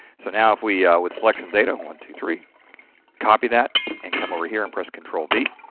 so, now if we would select some data one, two, three copy that and come over here and press control v.